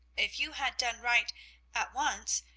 if you had done right at once,